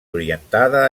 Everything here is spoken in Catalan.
orientada